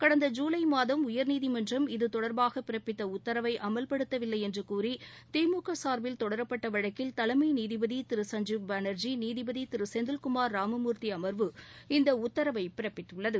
கடந்த ஜூலை மாதம் உயர்நீதிமன்றம் இதுதொடர்பாக பிறப்பித்த உத்தரவை அமல்படுத்தவில்லை என்று கூறி திமுக சார்பில் தொடரப்பட்ட வழக்கில் தலைமை நீதிபதி திரு சஞ்ஜீப் பானர்ஜி நீதிபதி திரு செந்தில்குமார் ராமமூர்த்தி அமர்வு இந்த உத்தரவை பிறப்பித்துள்ளது